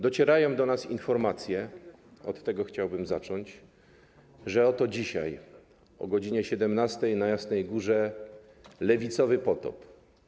Docierają do nas informacje, od tego chciałbym zacząć, że oto dzisiaj o godz. 17 na Jasnej Górze - lewicowy potop.